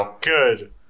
good